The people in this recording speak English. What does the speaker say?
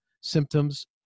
symptoms